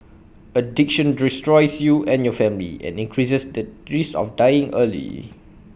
addiction destroys you and your family and increases the risk of dying early